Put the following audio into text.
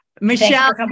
Michelle